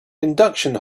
induction